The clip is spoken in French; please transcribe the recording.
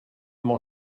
m’en